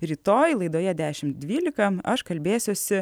rytoj laidoje dešim dvylika aš kalbėsiuosi